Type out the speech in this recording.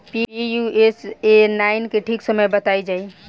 Pusa nine के ठीक समय बताई जाई?